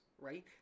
right